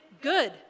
good